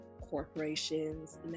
corporations